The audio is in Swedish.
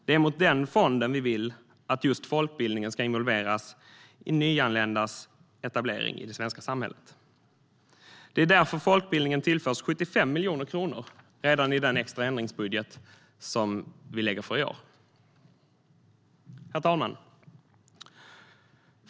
Det är mot den fonden vi vill att just folkbildningen ska involveras i arbetet med att stödja och påskynda nyanländas etablering i det svenska samhället. Det är därför folkbildningen tillförs 75 miljoner kronor redan i den extra ändringsbudget som regeringen lagt fram för 2015. Herr talman!